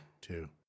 Two